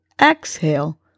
exhale